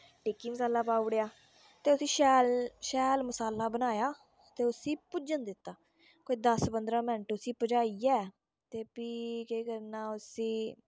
टिक्की मसाला पाउड़ेआ ते उस्सी शैल शैल मसाला बनायाते उस्सी भुज्जन दित्ता कोई गस पंदरां मैंट उस्सी भजाईयै ते फ्ही केह् करना उस्सी